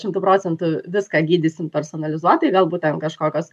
šimtu procentų viską gydysim personalizuotai galbūt ten kažkokios